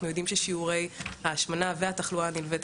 אנחנו יודעים ששיעורי ההשמנה והתחלואה הנלווית